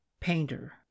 painter